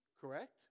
correct